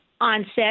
onset